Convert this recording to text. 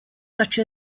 such